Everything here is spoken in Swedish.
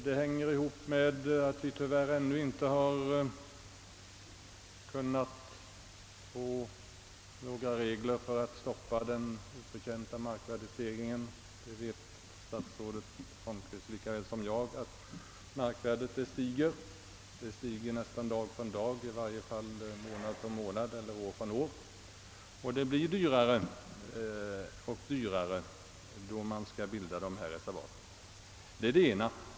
Det hänger samman med att vi tyvärr ännu inte kunnat införa några regler för att stoppa den oförtjänta markvärdestegringen. Statsrådet Holmqvist vet lika bra som jag att markvärdet stiger — det stiger från dag till dag, från månad till månad, från år till år. Det blir alltså dyrare och dyrare att bilda dessa naturreservat. Det är det ena.